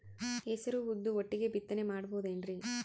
ಹೆಸರು ಉದ್ದು ಒಟ್ಟಿಗೆ ಬಿತ್ತನೆ ಮಾಡಬೋದೇನ್ರಿ?